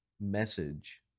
message